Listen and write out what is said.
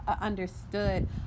understood